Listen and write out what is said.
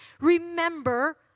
remember